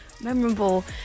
Memorable